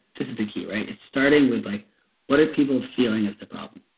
this is the key, right? it started with what are people feeling is their problem?